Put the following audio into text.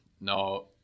no